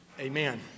Amen